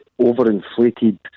overinflated